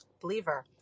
Believer